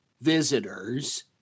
visitors